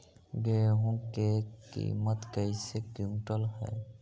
गेहू के किमत कैसे क्विंटल है?